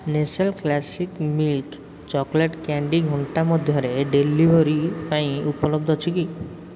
Nestle Classic milk chocolate candy ଘଣ୍ଟା ମଧ୍ୟରେ delivery ପାଇଁ ଉପଲବ୍ଧ ଅଛି କି